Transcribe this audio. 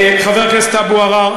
חבר הכנסת אבו עראר,